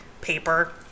paper